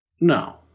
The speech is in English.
no